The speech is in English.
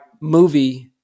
movie